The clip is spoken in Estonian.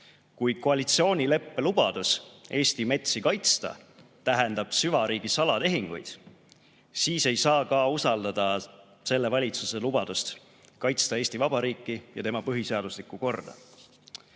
kui koalitsioonileppe lubadus Eesti metsi kaitsta tähendab süvariigi salatehinguid, siis ei saa ka usaldada selle valitsuse lubadust kaitsta Eesti Vabariiki ja tema põhiseaduslikku korda.